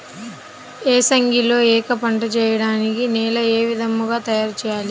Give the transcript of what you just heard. ఏసంగిలో ఏక పంటగ వెయడానికి నేలను ఏ విధముగా తయారుచేయాలి?